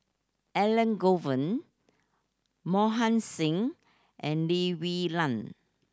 Elangovan Mohan Singh and Lee Wee Nam